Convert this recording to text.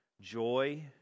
joy